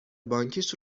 بانکیش